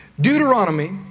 Deuteronomy